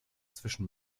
zwischen